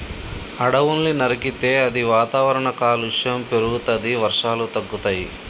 అడవుల్ని నరికితే అది వాతావరణ కాలుష్యం పెరుగుతది, వర్షాలు తగ్గుతయి